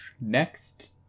next